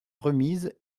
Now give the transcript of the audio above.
remise